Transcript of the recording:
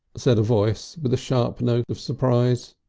said a voice with a sharp note of surprise.